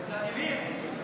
ולדימיר,